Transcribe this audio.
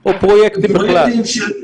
או פרויקטים בכלל?